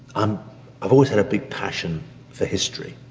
um i've always had a big passion for history.